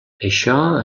això